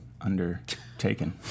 undertaken